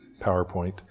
PowerPoint